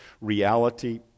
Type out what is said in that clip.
reality